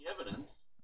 evidence